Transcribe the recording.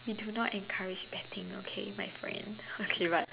I do not encourage betting okay my friends okay but